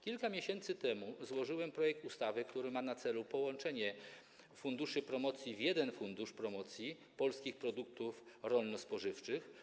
Kilka miesięcy temu złożyłem projekt ustawy, który ma na celu połączenie funduszy promocji w jeden fundusz promocji polskich produktów rolno-spożywczych.